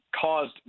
caused